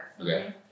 Okay